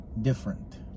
different